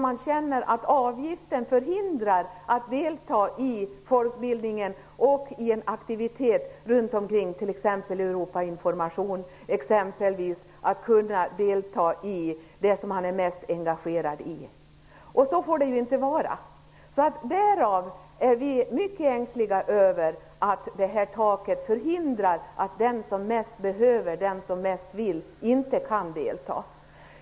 Man känner att den höga avgiften förhindrar att delta i folkbildningen eller en aktivitet som man är mest engagerad i. Så får det inte vara. Därför är vi mycket ängsliga över att taket kommer att förhindra att den som mest behöver och mest vill kan delta.